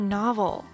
novel